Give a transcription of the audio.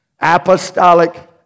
Apostolic